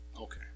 Okay